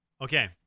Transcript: Okay